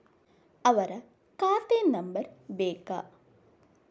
ಅವರ ಖಾತೆ ನಂಬರ್ ಬೇಕಾ?